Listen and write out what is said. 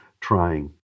trying